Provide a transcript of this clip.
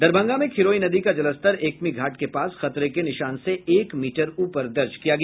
दरभंगा में खिरोई नदी का जलस्तर एकमी घाट के पास खतरे के निशान से एक मीटर ऊपर दर्ज किया गया